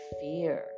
fear